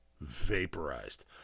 vaporized